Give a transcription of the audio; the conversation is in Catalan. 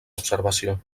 observació